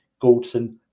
Goldson